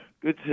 Good